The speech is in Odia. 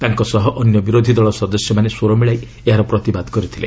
ତାଙ୍କ ସହ ଅନ୍ୟ ବିରୋଧୀ ଦଳ ସଦସ୍ୟମାନେ ସ୍ୱର ମିଳାଇ ଏହାର ପ୍ରତିବାଦ କରିଥିଲେ